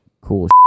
cool